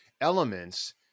elements